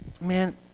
Man